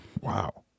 Wow